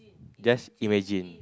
just imagine